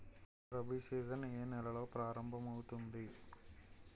Rabi season ఏ నెలలో ప్రారంభమౌతుంది?